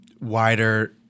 wider